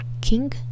King